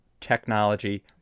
technology